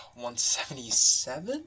177